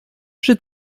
przy